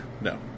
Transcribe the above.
No